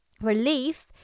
Relief